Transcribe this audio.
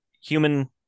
human